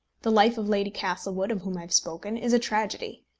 the life of lady castlewood, of whom i have spoken, is a tragedy.